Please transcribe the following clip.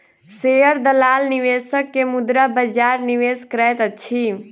share दलाल निवेशक के मुद्रा बजार निवेश करैत अछि